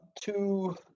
two